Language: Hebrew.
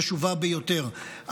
חשובה ביותר,